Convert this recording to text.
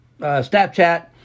Snapchat